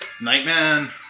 nightman